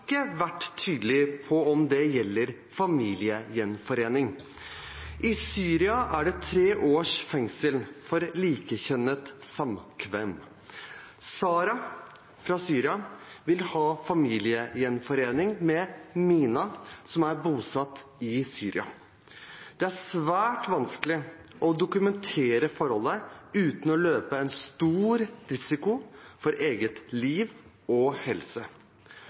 vært tydelig på om det gjelder familiegjenforening. I Syria er det tre års fengsel for likekjønnet samkvem. «Sara» fra Syria vil ha familiegjenforening med «Mina» som er bosatt i Syria. Det er svært vanskelig å dokumentere forholdet uten å løpe en stor risiko for eget liv og helse.